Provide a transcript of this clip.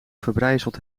verbrijzeld